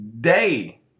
day